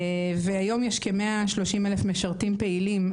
והיום יש כ-130,000 משרתים פעילים,